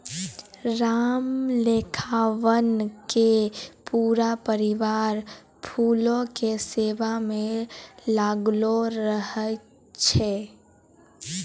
रामखेलावन के पूरा परिवार फूलो के सेवा म लागलो रहै छै